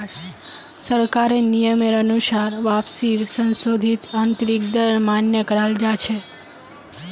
सरकारेर नियमेर अनुसार वापसीर संशोधित आंतरिक दर मान्य कराल जा छे